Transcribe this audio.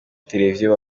televiziyo